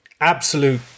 absolute